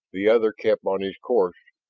the other kept on his course.